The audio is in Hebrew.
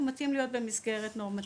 הוא מתאים להיות במסגרת נורמטיבית.